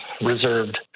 reserved